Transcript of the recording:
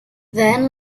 then